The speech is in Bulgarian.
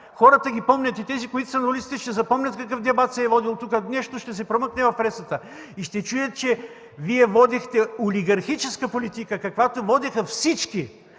Хората помнят тези неща! И тези, които са на улиците, ще запомнят какъв дебат се е водил тук! Нещо ще се промъкне в пресата и ще чуят, че Вие водихте олигархическа политика, каквато водеха всички!